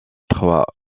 trois